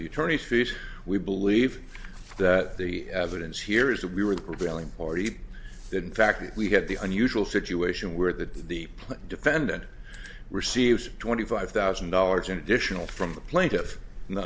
the attorney's fish we believe that the evidence here is that we were the prevailing party that in fact we get the unusual situation where that the defendant receives twenty five thousand dollars in additional from the plaintiff